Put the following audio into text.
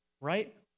Right